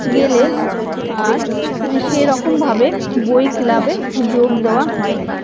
গেলে আর সেরকমভাবে বই ক্লাবে যোগ দেওয়া হয়নি